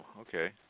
Okay